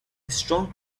strong